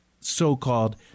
so-called